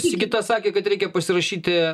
sigita sakė kad reikia pasirašyti